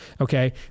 okay